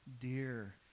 dear